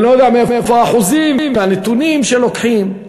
אני לא יודע מאיפה האחוזים והנתונים שלוקחים,